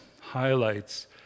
highlights